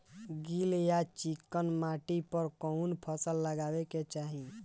गील या चिकन माटी पर कउन फसल लगावे के चाही?